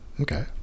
Okay